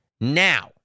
Now